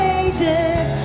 ages